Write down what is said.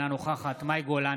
אינה נוכחת מאי גולן,